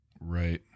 right